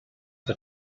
the